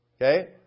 Okay